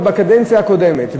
עוד בקדנציה הקודמת,